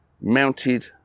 mounted